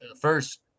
first